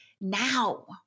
now